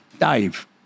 Dave